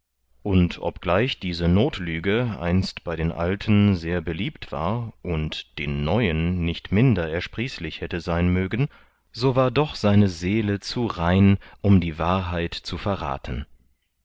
und obgleich diese notlüge einst bei den alten sehr beliebt war und den neuen nicht minder ersprießlich hätte sein mögen so war doch seine seele zu rein um die wahrheit zu verrathen